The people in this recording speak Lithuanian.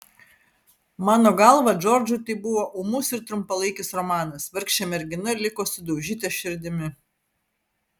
mano galva džordžui tai buvo ūmus ir trumpalaikis romanas vargšė mergina liko sudaužyta širdimi